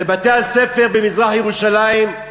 לבתי-הספר במזרח-ירושלים,